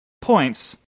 points